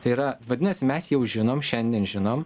tai yra vadinasi mes jau žinom šiandien žinom